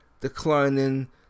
declining